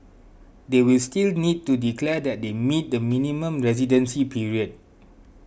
they will still need to declare that they meet the minimum residency period